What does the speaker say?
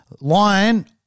lion